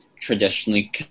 traditionally